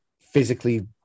physically